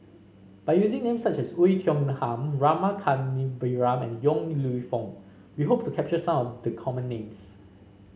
by using names such as Oei Tiong Ham Rama Kannabiran and Yong Lew Foong we hope to capture some of the common names